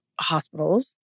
hospitals